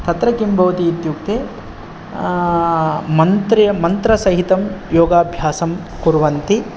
तत्र किं भवति इत्युक्ते मन्त्रे मन्त्रसहितं योगाभ्यासं कुर्वन्ति